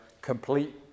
complete